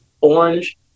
Orange